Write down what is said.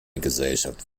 gesellschaft